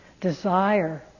desire